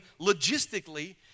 logistically